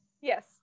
Yes